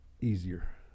easier